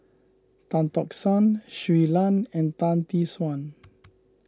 Tan Tock San Shui Lan and Tan Tee Suan